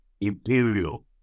Imperial